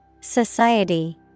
Society